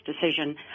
decision